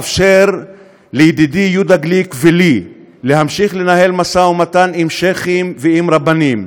אַפשר לידידי יהודה גליק ולי להמשיך לנהל משא-ומתן עם שיח'ים ועם רבנים.